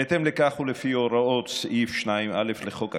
בהתאם לכך, ולפי הוראות סעיף 2א לחוק הכנסת,